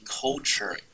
culture